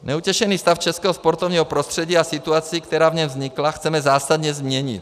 Neutěšený stav českého sportovního prostředí a situaci, která v něm vznikla, chceme zásadně změnit.